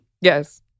Yes